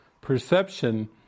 perception